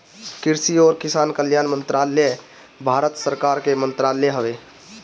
कृषि अउरी किसान कल्याण मंत्रालय भारत सरकार के मंत्रालय हवे